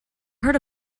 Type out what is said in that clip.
heard